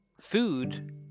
Food